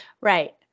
Right